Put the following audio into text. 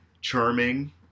charming